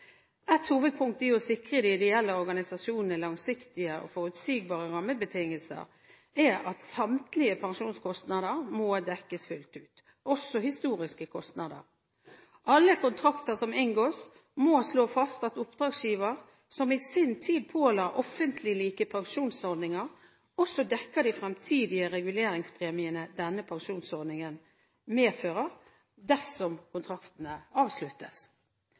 Et hovedpunkt i å sikre de ideelle organisasjonene langsiktige og forutsigbare rammebetingelser er at samtlige pensjonskostnader må dekkes fullt ut, også historiske kostnader. Alle kontrakter som inngås, må slå fast at oppdragsgiver, som i sin tid påla offentliglike pensjonsordninger, også dekker de fremtidige reguleringspremiene denne pensjonsordningen medfører, dersom kontraktene avsluttes.